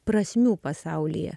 prasmių pasaulyje